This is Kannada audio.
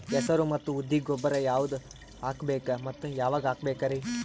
ಹೆಸರು ಮತ್ತು ಉದ್ದಿಗ ಗೊಬ್ಬರ ಯಾವದ ಹಾಕಬೇಕ ಮತ್ತ ಯಾವಾಗ ಹಾಕಬೇಕರಿ?